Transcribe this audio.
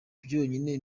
byonyine